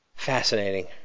Fascinating